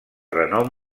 renom